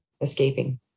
escaping